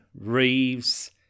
Reeves